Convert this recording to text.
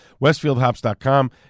Westfieldhops.com